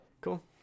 Cool